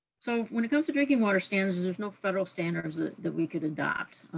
so, when it comes to drinking water standards, there's no federal standards that we could adopt,